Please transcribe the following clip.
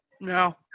No